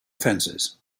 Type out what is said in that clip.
fences